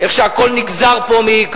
איך שהכול נגזר פה מ,